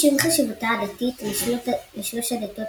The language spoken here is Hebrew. משום חשיבותה הדתית לשלוש הדתות